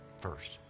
first